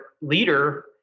leader